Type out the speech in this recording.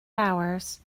hours